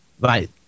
right